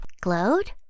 Glowed